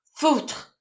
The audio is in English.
Foutre